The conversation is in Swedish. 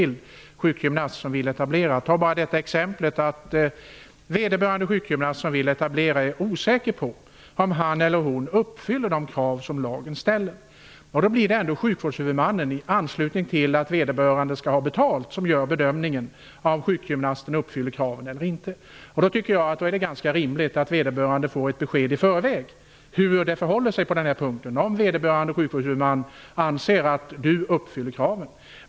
Låt mig t.ex. peka på sådana fall där vederbörande sjukgymnast är osäker på om han eller hon uppfyller de krav som lagen ställer. Det blir sjukvårdshuvudmannen som i anslutning till att vederbörande skall ha betalt gör bedömningen om sjukgymnasten uppfyller kraven eller inte. Jag tycker att det då är ganska rimligt att vederbörande sjukgymnast får ett besked i förväg huruvida vederbörande sjukvårdshuvudman anser att denne uppfyller kraven.